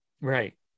right